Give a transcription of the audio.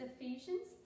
Ephesians